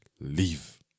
leave